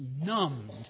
numbed